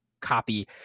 copy